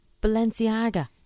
Balenciaga